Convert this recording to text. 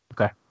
okay